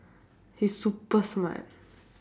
he is super smart